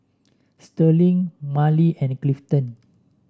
Sterling Marley and Clifton